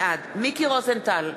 בעד מיקי רוזנטל,